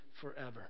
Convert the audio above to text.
forever